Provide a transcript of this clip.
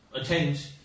attend